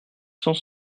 cent